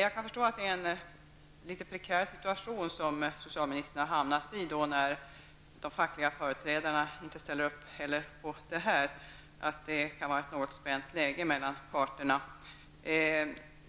Jag kan förstå att socialministern har hamnat i en litet prekär situation när de fackliga företrädarna inte ställer upp. Det kan vara ett något spänt läge mellan parterna.